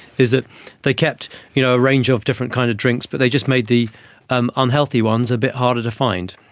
is that they kept you know a range of different kind of drinks but they just made the um unhealthy ones a bit harder to find,